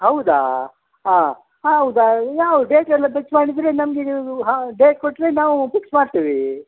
ಹೌದಾ ಆಂ ಹೌದಾ ಯಾವ ಡೇಟೆಲ್ಲ ಫಿಕ್ಸ್ ಮಾಡಿದರೆ ನಮ್ಗೆ ಈಗ ಹಾಂ ಡೇಟ್ ಕೊಟ್ಟರೆ ನಾವು ಫಿಕ್ಸ್ ಮಾಡ್ತೇವೆ